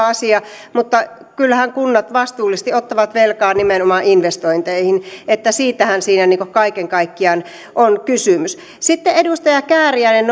asia mutta kyllähän kunnat vastuullisesti ottavat velkaa nimenomaan investointeihin siitähän siinä kaiken kaikkiaan on kysymys sitten edustaja kääriäinen